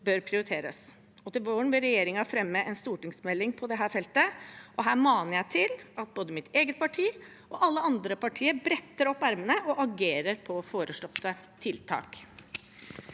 bør prioriteres. Til våren vil regjeringen fremme en stortingsmelding på dette feltet, og jeg maner til at både mitt eget parti og alle andre partier bretter opp ermene og agerer på foreslåtte tiltak.